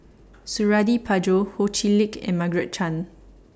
Suradi Parjo Ho Chee Lick and Margaret Chan